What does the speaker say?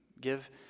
Give